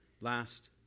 last